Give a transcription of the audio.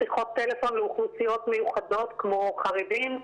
שיחות טלפון לאוכלוסיות מיוחדות כמו חרדים,